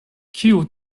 kiu